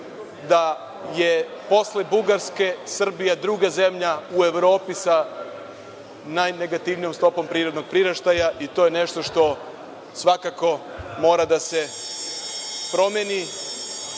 da je posle Bugarske Srbija druga zemlja u Evropi sa najnegativnijom stopom prirodnog priraštaja i to je nešto što svakako mora da se promeni